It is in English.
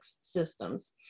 systems